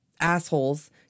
assholes